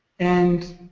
and